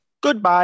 goodbye